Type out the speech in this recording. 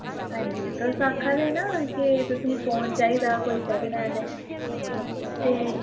हां जी तुस आक्खा दे हे ना के तुसेंई फोन चाहिदा कोई सैकिंड हैंड ते